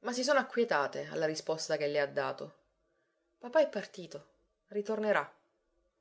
ma si sono acquietate alla risposta che lei ha dato papà è partito ritornerà